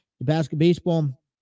basketball